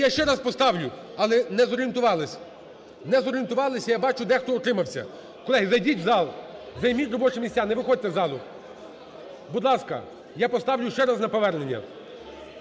я ще раз поставлю, але не зорієнтувались, не зорієнтувались і, я бачу, дехто утримався. Колеги, зайдіть в зал, займіть робочі місця, не виходьте з залу. Будь ласка. Я поставлю ще раз на повернення.